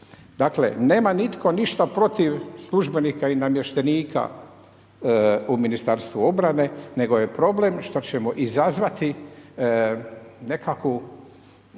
Dakle nema nitko ništa protiv službenika i namještenika u Ministarstvu obrane nego je problem što ćemo izazvati nekakvu